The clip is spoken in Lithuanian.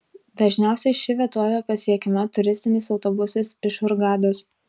dažniausiai ši vietovė pasiekiama turistiniais autobusais iš hurgados